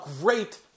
great